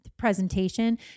presentation